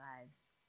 lives